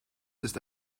ist